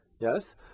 yes